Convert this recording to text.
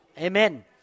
Amen